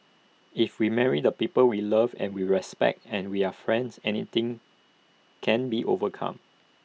if we marry the people we love and we respect and we are friends anything can be overcome